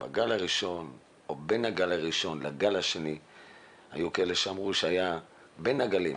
שבגל הראשון או בין הגל הראשון לגל השני היו כאלה שאמרו שהיה בין הגלים.